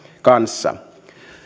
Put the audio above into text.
kanssa